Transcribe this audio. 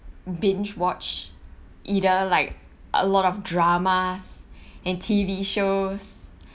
binge watch either like a lot of dramas and T_V shows